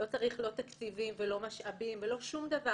לא צריך לא תקציבים ולא משאבים ולא שום דבר.